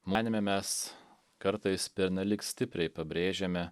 manėme mes kartais pernelyg stipriai pabrėžiame